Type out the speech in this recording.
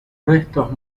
restos